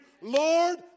Lord